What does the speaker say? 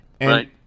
Right